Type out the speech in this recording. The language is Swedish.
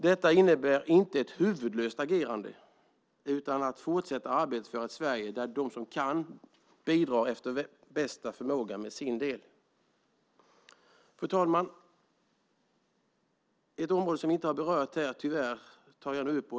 Detta innebär inte ett huvudlöst agerande utan att man fortsätter arbetet för ett Sverige där de som kan bidrar efter bästa förmåga med sin del. Fru talman! Jag ska nu ta upp ett område som vi inte har berört här - tyvärr.